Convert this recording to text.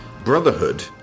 brotherhood